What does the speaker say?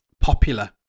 popular